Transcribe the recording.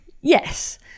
Yes